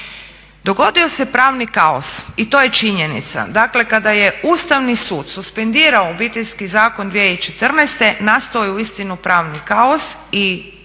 Dogodio se pravni kaos i to je činjenica. Dakle kada je Ustavni sud suspendirao Obiteljski zakon 2014.nastao je uistinu pravni kaos i dio